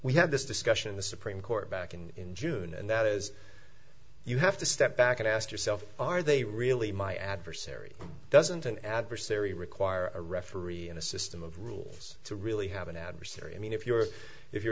we had this discussion in the supreme court back in june and that is you have to step back and ask yourself are they really my adversary doesn't an adversary require a referee in a system of rules to really have an adversary i mean if you're if you're